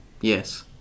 Yes